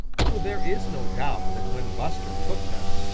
so there is no doubt that when buster took them,